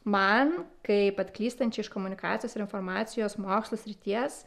man kaip atklystančių iš komunikacijos ir informacijos mokslų srities